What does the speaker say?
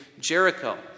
Jericho